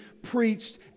preached